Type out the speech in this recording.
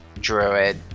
Druid